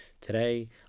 Today